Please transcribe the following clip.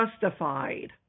justified